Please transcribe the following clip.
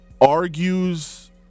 argues